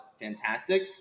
fantastic